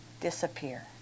disappear